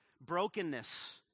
brokenness